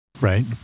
Right